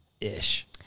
Ish